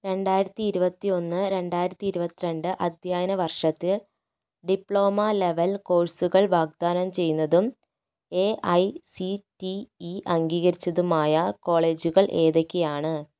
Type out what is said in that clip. രണ്ടായിരത്തി ഇരുപത്തൊന്ന് രണ്ടായിരത്തി ഇരുപത്തി രണ്ട് അധ്യാന വർഷത്തിൽ ഡിപ്ലോമ ലെവൽ കോഴ്സുകൾ വാഗ്ദാനം ചെയ്യുന്നതും എഐസിടിഇ അംഗീകരിച്ചതുമായ കോളേജുകൾ ഏതൊക്കെയാണ്